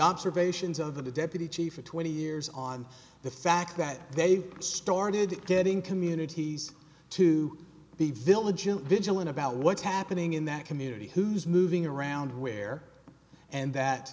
observations of the deputy chief for twenty years on the fact that they've started getting communities to the village and vigilant about what's happening in that community who's moving around where and that